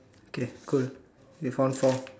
okay cool we found four